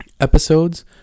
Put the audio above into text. episodes